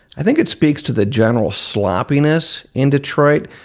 i think it speaks to the general sloppiness in detroit.